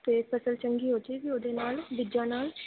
ਅਤੇ ਫਸਲ ਚੰਗੀ ਹੋ ਜਾਵੇਗੀ ਉਹਦੇ ਨਾਲ ਬੀਜਾਂ ਨਾਲ